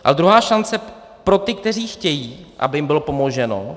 A druhá šance pro ty, kteří chtějí, aby jim bylo pomoženo.